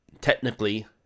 technically